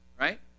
right